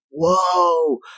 Whoa